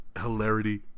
hilarity